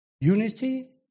Unity